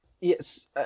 Yes